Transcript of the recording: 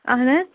اَہَن حظ